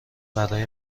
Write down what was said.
برای